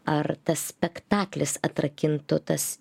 ar tas spektaklis atrakintų tas